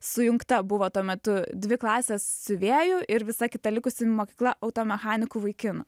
sujungta buvo tuo metu dvi klasės siuvėjų ir visa kita likusi mokykla auto mechanikų vaikinų